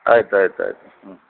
ಆಯ್ತು ಆಯ್ತು ಆಯ್ತು ಹ್ಞೂ